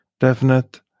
Definite